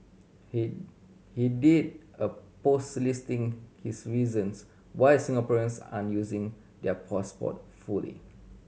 he he did a post listing his reasons why Singaporeans aren't using their passport fully